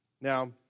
Now